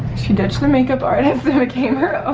she ditched the makeup artist and became her own.